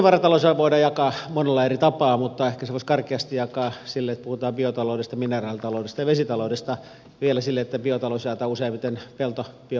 luonnonvarataloushan voidaan jakaa monella eri tapaa mutta ehkä sen voisi karkeasti jakaa sillä lailla että puhutaan biotaloudesta mineraalitaloudesta ja vesitaloudesta vielä sillä lailla että biotalous jaetaan useimmiten peltobiomassaan ja metsäbiomassaan